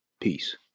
Peace